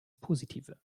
positive